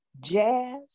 jazz